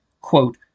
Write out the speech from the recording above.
quote